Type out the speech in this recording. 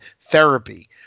therapy